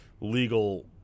legal